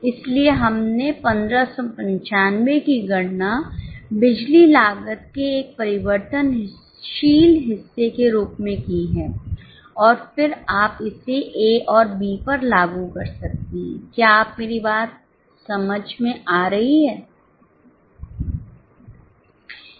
इसलिए हमने 1595 की गणना बिजली लागत के एक परिवर्तनशील हिस्से के रूप में की है और फिर आप इसे A और B पर लागू कर सकते हैं क्या मेरी बात आपकी समझ में आ रही है